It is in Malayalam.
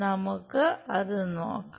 നമുക്ക് അത് നോക്കാം